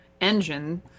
engine